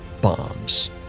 bombs